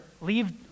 leave